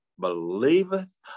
believeth